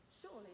Surely